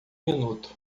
minuto